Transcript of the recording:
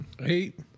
Eight